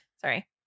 Sorry